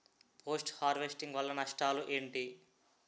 Post harvesting వల్ల నష్టాలు ఏంటి?